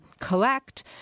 collect